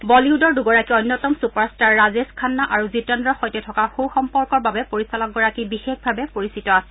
বলিউডৰ দুগৰাকী অন্যতম ছুপাৰ ষ্টাৰ ৰাজেশ খান্না আৰু জিতেন্দ্ৰৰ সৈতে থকা সু সম্পৰ্কৰ বাবে পৰিচালকগৰাকী বিশেষভাৱে পৰিচিত আছিল